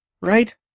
right